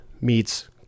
meets